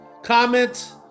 comment